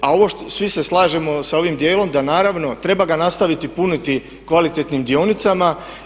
A svi se slažemo sa ovim dijelom da naravno treba ga nastaviti puniti kvalitetnim dionicama.